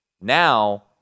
Now